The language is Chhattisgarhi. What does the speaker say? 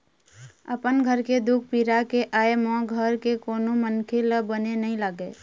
अपन घर के दुख पीरा के आय म घर के कोनो मनखे ल बने नइ लागे